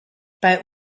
bei